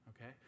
okay